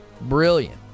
Brilliant